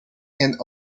and